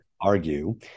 argue